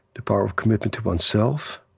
the power of commitment to oneself,